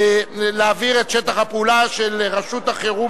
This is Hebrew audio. להעביר את שטח הפעולה של רשות החירום